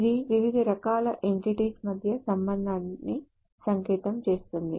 ఇది వివిధ రకాల ఎంటిటీల మధ్య సంబంధాన్ని సంకేతం చేస్తుంది